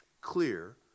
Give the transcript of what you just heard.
clear